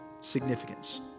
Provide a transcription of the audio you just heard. significance